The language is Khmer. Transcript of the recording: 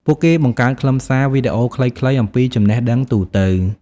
ពួកគេបង្កើតខ្លឹមសារវីដេអូខ្លីៗ អំពីចំណេះដឹងទូទៅ។